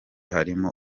harimo